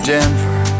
Denver